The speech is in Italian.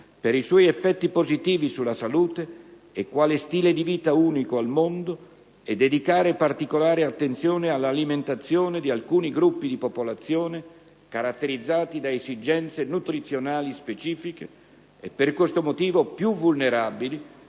per i suoi effetti positivi sulla salute e quale stile di vita unico al mondo, e dedicare particolare attenzione all'alimentazione di alcuni gruppi di popolazione, caratterizzati da esigenze nutrizionali specifiche e per questo motivo più vulnerabili,